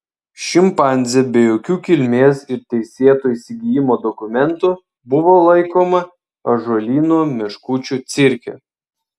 šimpanzė be jokių kilmės ir teisėto įsigijimo dokumentų buvo laikoma ąžuolyno meškučių cirke